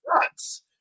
nuts